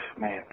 Man